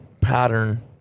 pattern